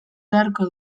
beharko